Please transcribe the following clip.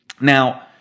Now